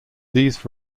these